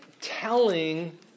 telling